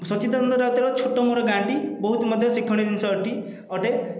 ସଚ୍ଚିଦାନନ୍ଦ ରାଉତରାୟ ଛୋଟ ମୋର ଗାଁଟି ବହୁତ ମଧ୍ୟ ଶିକ୍ଷଣୀୟ ଜିନିଷଟି ଅଟେ